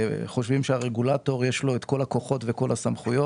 חושבים שלרגולטור יש את כל הכוחות ואת כל הסמכויות.